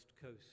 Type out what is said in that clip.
coast